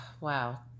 wow